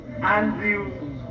Andrew